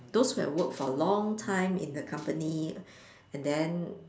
those who have worked for a long time in the company and then